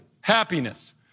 happiness